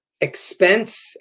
expense